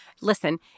Listen